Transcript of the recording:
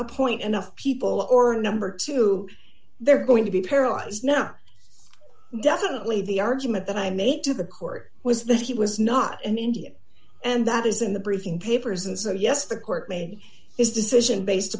appoint enough people or number two they're going to be paralyzed now definitely the argument that i made to the court was that he was not in india and that is in the briefing papers and so yes the court made his decision based